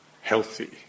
healthy